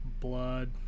blood